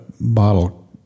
bottle